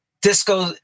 disco